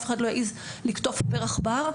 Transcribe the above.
אף אחד לא יעז לקטוף פרח בר,